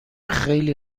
خیلی